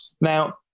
Now